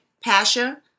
Pasha